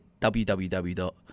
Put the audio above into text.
www